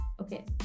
Okay